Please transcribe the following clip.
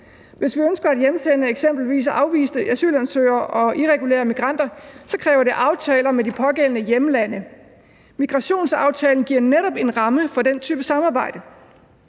Hvis vi ønsker at hjemsende eksempelvis afviste asylansøgere og irregulære migranter, kræver det aftaler med de pågældende hjemlande. Migrationsaftalen giver netop en ramme for den type samarbejde.